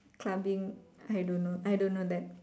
clubbing I don't know I don't know that